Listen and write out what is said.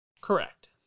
Correct